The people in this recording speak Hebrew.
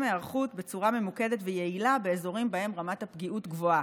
היערכות בצורה ממוקדת ויעילה באזורים שבהם רמת הפגיעות גבוהה.